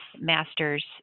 master's